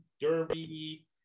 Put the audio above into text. Derby